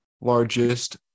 largest